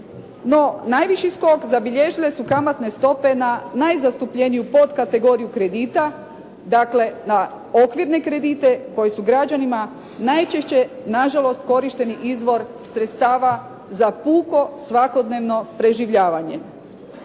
No, najviši skok zabilježile su kamatne stope na najzastupljenije podkategoriju kredita, dakle na okvirne kredite koji su građani najčešće nažalost korišteni izvor sredstava za puko, svakodnevno preživljavanje.